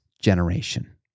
generation